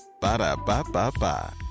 Ba-da-ba-ba-ba